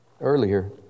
earlier